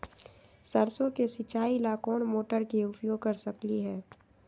सरसों के सिचाई ला कोंन मोटर के उपयोग कर सकली ह?